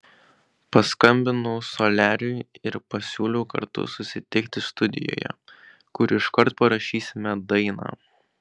paskambinau soliariui ir pasiūliau kartu susitikti studijoje kur iškart parašysime dainą